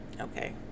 okay